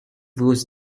whose